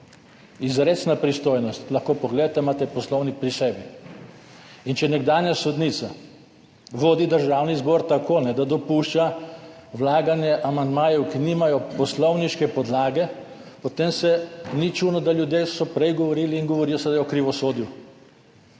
izrecna pristojnost, lahko pogledate, imate poslovnik pri sebi. Če nekdanja sodnica vodi Državni zbor tako, da dopušča vlaganje amandmajev, ki nimajo poslovniške podlage, potem ni čudno, da ljudje so prej govorili in govorijo seveda o krivosodju.